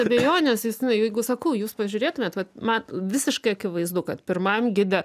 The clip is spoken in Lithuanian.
abejonės justinai jeigu sakau jūs pažiūrėtumėt vat man visiškai akivaizdu kad pirmajam gide